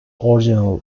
original